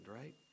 right